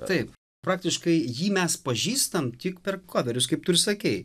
taip praktiškai jį mes pažįstam tik per koverius kaip tu ir sakei